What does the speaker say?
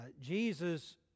Jesus